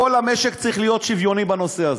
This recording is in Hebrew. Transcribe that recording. כל המשק צריך להיות שוויוני בנושא הזה.